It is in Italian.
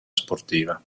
sportiva